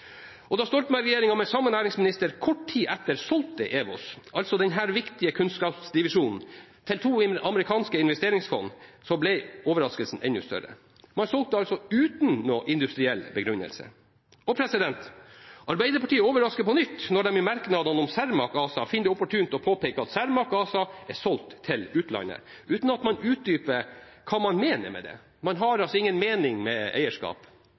Da Stoltenberg-regjeringen med samme næringsminister kort tid etter solgte EWOS, denne viktige kunnskapsdivisjonen, til to amerikanske investeringsfond, ble overraskelsen enda større. Man solgte altså uten noen industriell begrunnelse. Arbeiderpartiet overrasker på nytt når de i merknadene om Cermaq ASA finner det opportunt å påpeke at Cermaq ASA er solgt til utlandet, uten at man utdyper hva man mener med det. Man har altså ingen mening med eierskap,